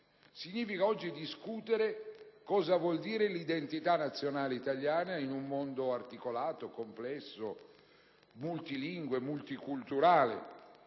significa oggi discutere cosa vuol dire identità nazionale italiana in un mondo articolato, complesso, multilingue e multiculturale.